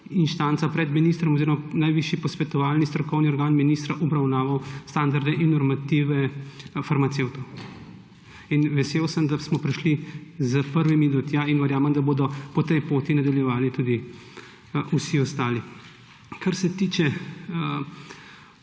pred ministrom oziroma najvišji posvetovalni strokovni organ ministra obravnaval standarde in normative farmacevtov. In vesel sem, da smo prišli s prvimi do tja, in verjamem, da bodo po tej poti nadaljevali tudi vsi ostali. Kar se tiče